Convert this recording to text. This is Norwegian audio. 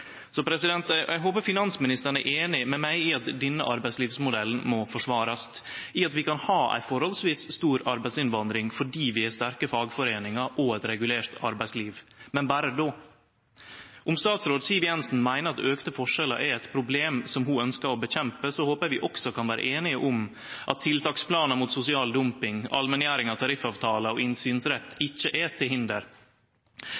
Eg håper finansministaren er einig med meg i at denne arbeidslivsmodellen må forsvarast, i at vi kan ha ei forholdsvis stor arbeidsinnvandring fordi vi har sterke fagforeiningar og eit regulert arbeidsliv – men berre då. Om statsråd Siv Jensen meiner at auka forskjellar er eit problem som ho ønskjer å kjempe mot, så håper eg vi også kan vere einige om at tiltaksplanar mot sosial dumping, allmenngjering av tariffavtaler og innsynsrett